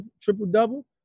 triple-double